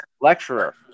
lecturer